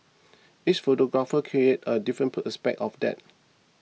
each photographer created a different per aspect of that